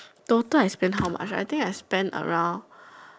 total I spent how much ah I think I spent around